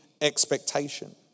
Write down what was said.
expectation